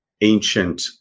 ancient